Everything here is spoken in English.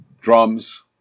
drums